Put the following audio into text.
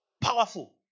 Powerful